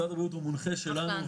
משרד הבריאות הוא מונחה שלנו,